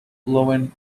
loewen